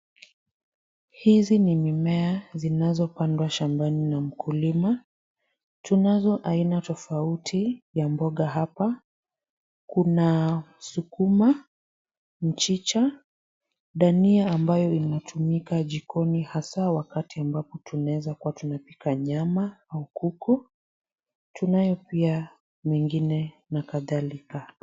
Hizi ni mimea zinazopandwa shambani na mkulima. Tunazo aina tofauti ya mboga hapa. Kuna sukuma, mchicha, dania ambayo inatumika jikoni hasaa wakati ambapo tunaeza kuwa tunapika nyama au kuku. Tunayo pia mengine na kadhalika.